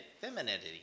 femininity